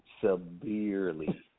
severely